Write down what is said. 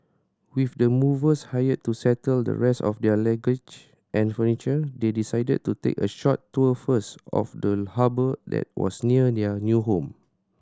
with the movers hired to settle the rest of their luggage and furniture they decided to take a short tour first of the harbour that was near their new home